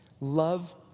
Love